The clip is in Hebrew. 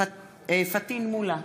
פטין מולא,